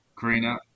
Karina